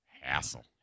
Hassle